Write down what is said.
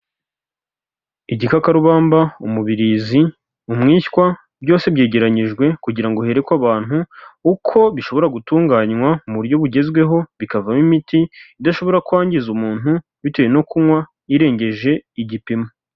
Igikakarubamba, umubirizi, umwishywa, byose byegeranyijwe kugira ngo herekwa abantu uko bishobora gutunganywa mu buryo bugezweho, bikavamo imiti idashobora kwangiza umuntu bitewe no kunywa irengeje igipimo.